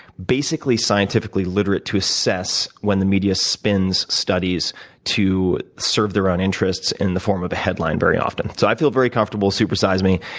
basically, scientifically literate to assess when the media spins studies to serve their own interests in the form of a headline very often. so i feel very comfortable with super size me,